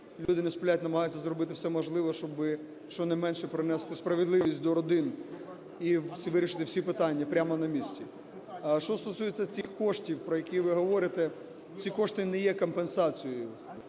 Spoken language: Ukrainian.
Люди не сплять, намагаються зробити все можливе, щоби щонайменше принести справедливість до родин і вирішити всі питання прямо на місці. Що стосується цих коштів, про які ви говорите. Ці кошти не є компенсацією.